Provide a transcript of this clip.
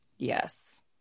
Yes